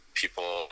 people